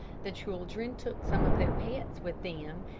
the children took some of their pets with them,